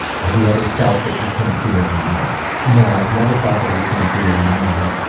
have you ever felt that you can't do it anymore? no, i've never felt that i can't do it anymore.